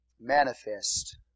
manifest